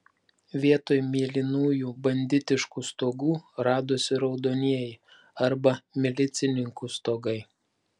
vietoj mėlynųjų banditiškų stogų radosi raudonieji arba milicininkų stogai